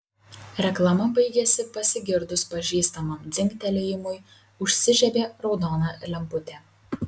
reklama baigėsi pasigirdus pažįstamam dzingtelėjimui užsižiebė raudona lemputė